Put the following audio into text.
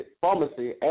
pharmacy